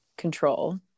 control